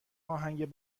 آهنگ